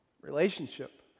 relationship